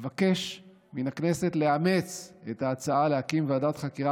אבקש מן הכנסת לאמץ את ההצעה להקים ועדת חקירה